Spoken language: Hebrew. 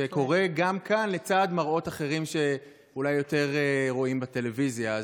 שגם קורה כאן לצד מראות אחרים שאולי יותר רואים בטלוויזיה.